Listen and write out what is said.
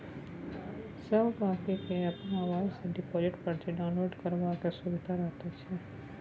सब गहिंकी केँ अपन मोबाइल सँ डिपोजिट परची डाउनलोड करबाक सुभिता रहैत छै